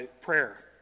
prayer